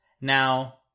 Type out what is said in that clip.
Now